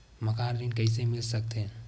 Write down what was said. मकान ऋण कइसे मिल सकथे?